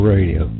Radio